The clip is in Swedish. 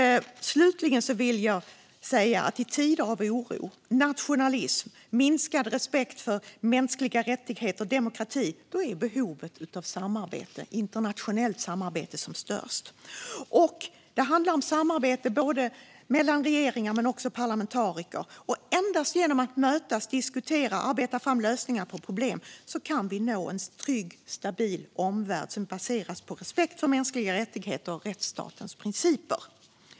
Slutligen vill jag säga att i tider av oro, nationalism och minskad respekt för mänskliga rättigheter och demokrati är behovet av internationellt samarbete som störst. Det handlar om samarbete mellan både regeringar och parlamentariker. Endast genom att mötas, diskutera och arbeta fram lösningar på problem kan vi nå en trygg, stabil omvärld som baseras på respekt för mänskliga rättigheter och rättsstatens principer.